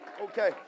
Okay